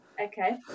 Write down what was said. Okay